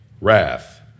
wrath